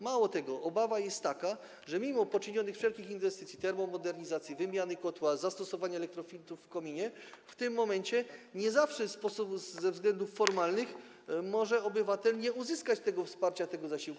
Mało tego, obawa jest taka, że mimo poczynionych wszelkich inwestycji, termomodernizacji, wymiany kotła, zastosowania elektrofiltrów w kominie, w tym momencie, nie zawsze ze względów formalnych, obywatel może nie uzyskać tego wsparcia, tego zasiłku.